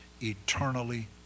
eternally